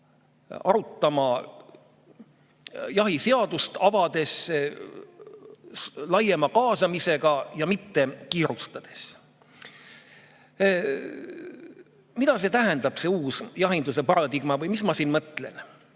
peaks jahiseadust avades arutama laiema kaasamisega ja mitte kiirustades. Mida see tähendab, see uus jahinduse paradigma, või mida ma siin mõtlen?